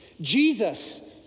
Jesus